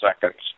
seconds